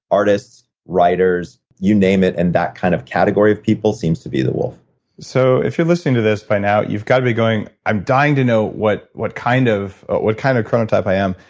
artists, writers, you name it, and that kind of category of people seems to be the wolf so, if you're listening to this, by now you've got to be going, i'm dying to know what what kind of kind of chronotype i am.